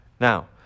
Now